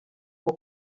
nko